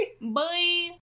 Bye